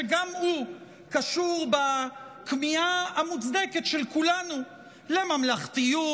שגם הוא קשור בכמיהה המוצדקת של כולנו לממלכתיות,